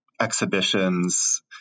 exhibitions